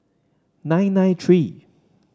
nine nine three